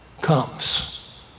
comes